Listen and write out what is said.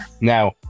Now